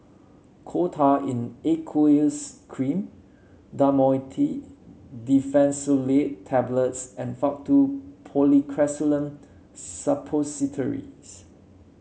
Coal Tar in Aqueous Cream Dhamotil Diphenoxylate Tablets and Faktu Policresulen Suppositories